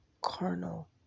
carnal